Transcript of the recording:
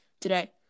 today